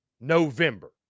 November